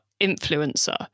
influencer